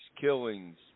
killings